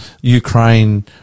Ukraine